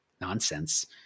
nonsense